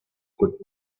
quit